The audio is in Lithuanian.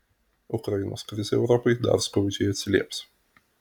ukrainos krizė europai dar skaudžiai atsilieps